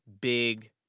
big